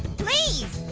please,